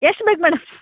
ಎಷ್ಟು ಬೇಕು ಮೇಡಮ್